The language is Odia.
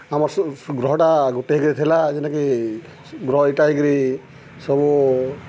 ଆମର୍ ସେ ଗ୍ରହଟା ଗୁଟେ ହେଇକିରି ଥିଲା ଯେନ୍ଟାକି ଗ୍ରହ ଇଟା ହେଇକିରି ସବୁ